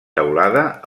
teulada